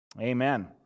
amen